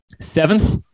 seventh